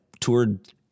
toured